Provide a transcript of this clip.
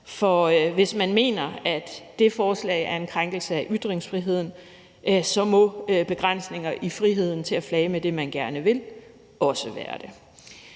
For hvis man mener, at det forslag er en krænkelse af ytringsfriheden, så må begrænsninger i friheden til at flage med det, man gerne vil, også være det.